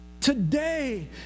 Today